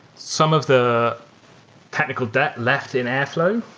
some of the technical debt left in airflow,